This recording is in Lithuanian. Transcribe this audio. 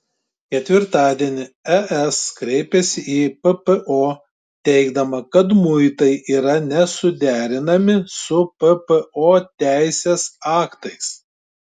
ketvirtadienį es kreipėsi į ppo teigdama kad muitai yra nesuderinami su ppo teisės aktais